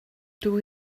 dydw